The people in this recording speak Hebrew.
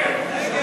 להסיר